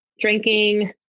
drinking